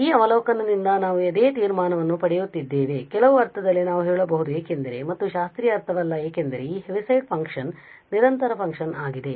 ಮತ್ತು ಈ ಅವಲೋಕನದಿಂದ ನಾವು ಅದೇ ತೀರ್ಮಾನವನ್ನು ಪಡೆಯುತ್ತಿದ್ದೇವೆ ಆದ್ದರಿಂದ ಕೆಲವು ಅರ್ಥದಲ್ಲಿ ನಾವು ಹೇಳಬಹುದು ಏಕೆಂದರೆ ಮತ್ತೆ ಶಾಸ್ತ್ರೀಯ ಅರ್ಥವಲ್ಲ ಏಕೆಂದರೆ ಈ ಹೆವಿಸೈಡ್ ಫಂಕ್ಷನ್ ನಿರಂತರ ಫಂಕ್ಷನ್ ಆಗಿದೆ